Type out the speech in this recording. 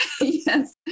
Yes